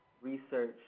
research